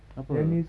apa